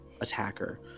attacker